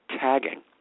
tagging